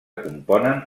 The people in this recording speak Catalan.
componen